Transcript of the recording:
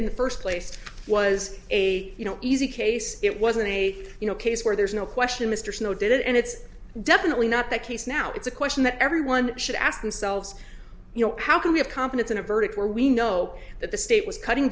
in the first place was a you know easy case it wasn't a case where there's no question mr snow did it and it's definitely not the case now it's a question that everyone should ask themselves you know how can we have confidence in a verdict where we know that the state was cutting